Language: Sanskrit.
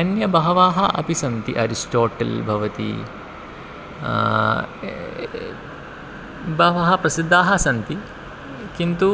अन्ये बहवः अपि सन्ति अरिस्टोटल् भवति बहवः प्रसिद्धाः सन्ति किन्तु